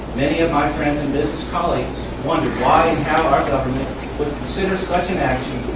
many of my friends and business colleagues wondered why and how our government would consider such an action,